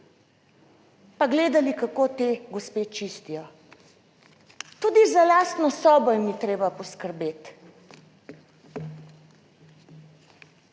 pa gledali, kako te gospe čistijo, tudi za lastno sobo jim ni treba poskrbeti.